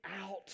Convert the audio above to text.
out